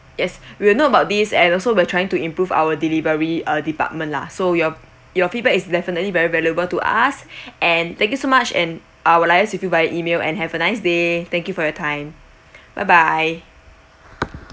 yes we will note about this and also we're trying to improve our delivery err department lah so your your feedback is definitely very valuable to us and thank you so much and I will liaise with you via E-mail and have a nice day thank you for your time bye bye